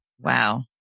Wow